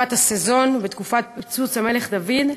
בתקופת ה"סזון" ובתקופת פיצוץ "המלך דוד".